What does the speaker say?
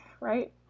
Right